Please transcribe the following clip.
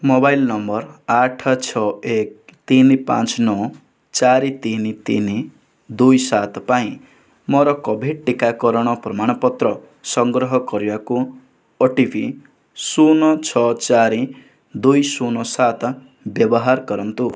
mobile number ଆଠ ଛଅ ଏକ ତିନି ପାଞ୍ଚ ନଅ ଚାରି ତିନି ତିନି ଦୁଇ ସାତ ପାଇଁ ମୋର କୋଭିଡ଼୍ ଟୀକାକରଣ ପ୍ରମାଣପତ୍ର ସଂଗ୍ରହ କରିବାକୁ ଓ ଟି ପି ଶୂନ ଛଅ ଚାରି ଦୁଇ ଶୂନ ସାତ ବ୍ୟବହାର କରନ୍ତୁ